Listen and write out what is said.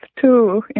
two